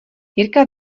jirka